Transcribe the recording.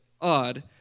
odd